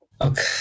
okay